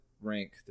rank